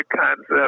concept